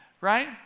Right